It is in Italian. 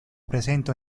presenta